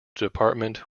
department